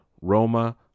Roma